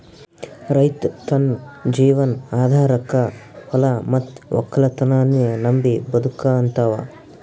ರೈತ್ ತನ್ನ ಜೀವನ್ ಆಧಾರಕಾ ಹೊಲಾ ಮತ್ತ್ ವಕ್ಕಲತನನ್ನೇ ನಂಬಿ ಬದುಕಹಂತಾವ